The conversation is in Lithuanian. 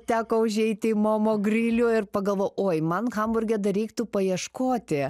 teko užeiti į momo grilių ir pagalvojau oi man hamburge dar reiktų paieškoti